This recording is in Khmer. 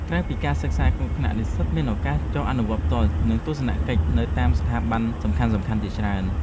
ក្រៅពីការសិក្សាក្នុងថ្នាក់និស្សិតនឹងមានឱកាសចុះអនុវត្តផ្ទាល់និងទស្សនកិច្ចនៅតាមស្ថាប័នសំខាន់ៗជាច្រើន។